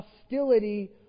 hostility